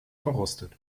verrostet